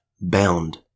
bound